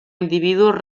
individus